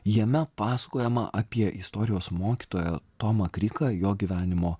jame pasakojama apie istorijos mokytoją tomą kryką jo gyvenimo